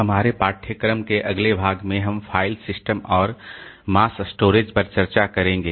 हमारे पाठ्यक्रम के अगले भाग में हम फाइल सिस्टम और मास स्टोरेज पर चर्चा करेंगे